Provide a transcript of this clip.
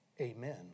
Amen